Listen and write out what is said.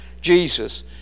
Jesus